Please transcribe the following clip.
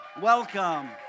Welcome